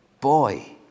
boy